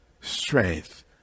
strength